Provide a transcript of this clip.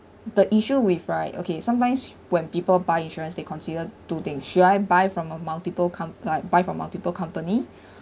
the issue with right okay sometimes when people buy insurance they considered two things should I buy from a multiple comp~ like buy from multiple companies